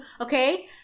Okay